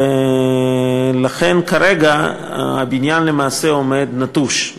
ולכן כרגע הבניין למעשה עומד נטוש.